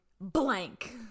blank